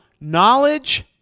knowledge